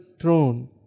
throne